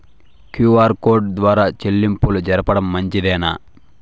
QR code ద్వారా చెల్లింపులు జరపడం మంచిదేనా?